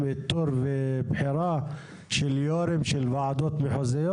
איתור ובחירה של יו"רים של ועדות מחוזיות.